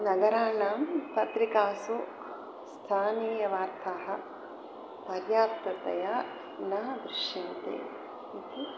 नगराणां पत्रिकासु स्थानीयवार्ताः पर्याप्ततया न दृश्यन्ते इति